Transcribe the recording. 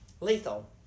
lethal